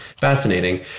fascinating